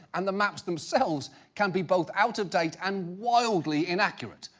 and the maps themselves can be both out of date and wildly inaccurate.